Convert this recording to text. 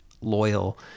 loyal